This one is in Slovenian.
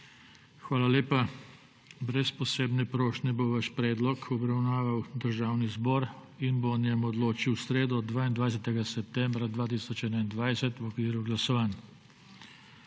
Hvala lepa. Brez posebne prošnje bo vaš predlog obravnaval Državni zbor in bo o njem odločil v sredo, 22. septembra 2021, v okviru glasovanj.